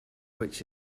which